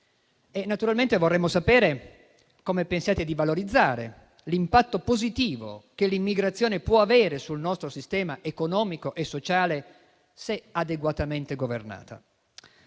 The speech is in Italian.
Naturalmente vorremmo sapere come pensiate di valorizzare l'impatto positivo che l'immigrazione può avere sul nostro sistema economico e sociale, se adeguatamente governata.